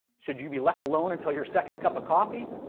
should you be left alone until your second cup of coffee?